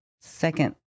second